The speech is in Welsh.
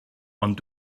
ond